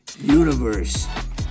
universe